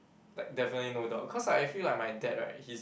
like definitely no doubt because I feel like my dad right he's